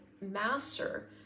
master